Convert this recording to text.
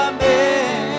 Amen